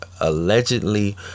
allegedly